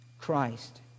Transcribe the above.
Christ